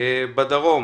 בדרום